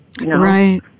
Right